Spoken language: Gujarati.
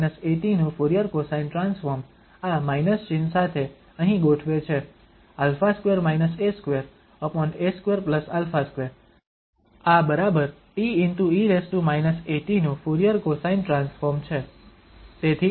તેથી te−at નું ફુરીયર કોસાઇન ટ્રાન્સફોર્મ આ માઇનસ ચિહ્ન સાથે અહીં ગોઠવે છે α2 a2a2α2 આ બરાબર te−at નું ફુરીયર કોસાઇન ટ્રાન્સફોર્મ છે